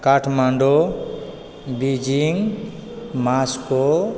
Kathmandu Beijing Moscow